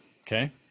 Okay